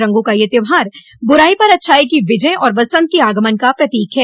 रंगो का यह त्यौहार बुराई पर अच्छाई की विजय और वसंत के आगमन का प्रतीक है